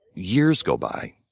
years go by,